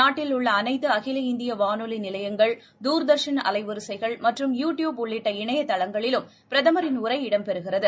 நாட்டில் உள்ள அனைத்து அகில இந்திய வானொலி நிலையங்கள் தூர்தர்ஷன் அலைவரிசைகள் மற்றும் யூ டியூப் உள்ளிட்ட இணையதளங்களிலும் பிரதமரின் உரை இடம் பெறுகிறது